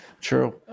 True